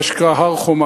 מה שנקרא הר-חומה.